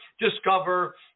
discover